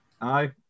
Aye